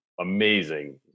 amazing